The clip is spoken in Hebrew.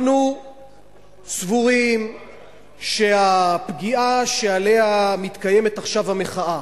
אנחנו סבורים שהפגיעה שעליה מתקיימת עכשיו המחאה,